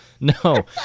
no